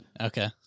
Okay